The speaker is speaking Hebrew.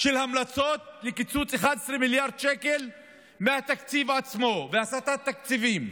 של המלצות לקיצוץ 11 מיליארד שקל מהתקציב עצמו והסטת תקציבים,